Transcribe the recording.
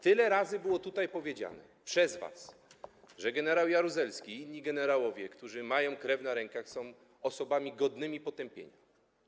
Tyle razy było tutaj powiedziane przez was, że gen. Jaruzelski i inni generałowie, którzy mają krew na rękach, są osobami godnymi potępienia.